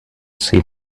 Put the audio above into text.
see